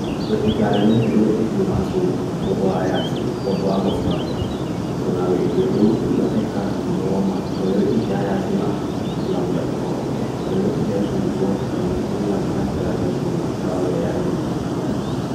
We itarene, bedwe we itiruman sudu, phoboha aayasi, ko boha moftarde. Burunawwe itirum dumdoteka, dumdawoma. Towe iti aayasi ma, ngamjap boga hobe. Towe iti asudubo, kanjufuni ngam benafteran der sudu mantawana bayawe ledinon nolik.